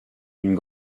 une